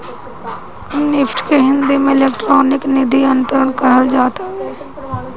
NEFT के हिंदी में electronic निधि अंतरण कहल जात हवे